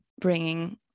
bringing